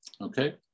Okay